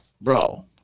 Bro